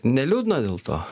neliūdna dėl to